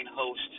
host